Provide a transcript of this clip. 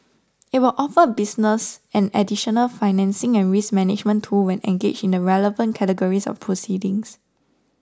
it will offer business an additional financing and risk management tool when engaged in the relevant categories of proceedings